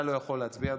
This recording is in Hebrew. אתה לא יכול להצביע,